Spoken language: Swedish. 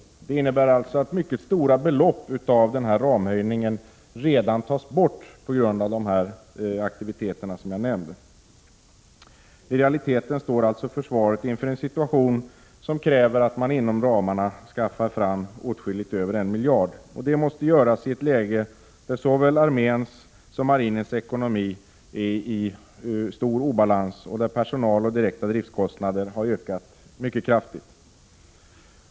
Detta innebär alltså att mycket stora belopp av ramhöjningen redan tas bort på grund av de aktiviteter jag nämnt. I realiteten står försvaret inför en situation, som kräver att man inom ramarna skaffar fram åtskilligt över 1 miljard. Det måste göras i ett läge, där såväl arméns som marinens ekonomi är i stor obalans, och där personaloch direkta driftskostnader har ökat mycket kraftigt.